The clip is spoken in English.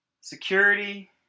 security